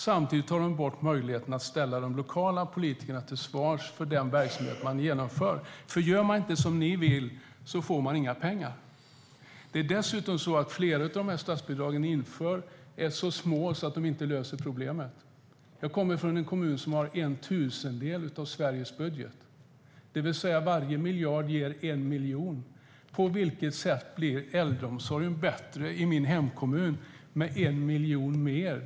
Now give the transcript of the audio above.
Samtidigt tar de bort möjligheten att ställa lokala politiker till svars för den verksamhet som de genomför. Om de inte gör som ni vill får kommunerna nämligen inga pengar. Det är dessutom på det sättet att flera av statsbidragen som ni inför är så små att det inte löser problemet. Jag kommer från en kommun som har en tusendel av Sveriges budget. Varje miljard ger alltså 1 miljon. På vilket sätt blir äldreomsorgen i min hemkommun bättre med 1 miljon mer?